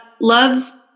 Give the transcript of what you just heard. loves